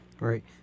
Right